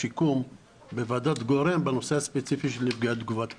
שיקום בוועדות גורן בנושא הספציפי של נפגעי תגובת קרב.